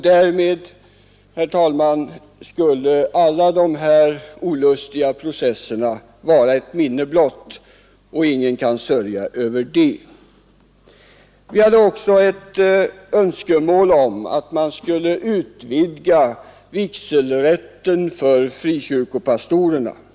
Därmed, herr talman, skulle alla dessa olyckliga processer vara ett minne blott, och ingen kan sörja över det. Vidare har vi framfört ett önskemål om att vigselrätten för frikyrkopastorer skulle utvidgas.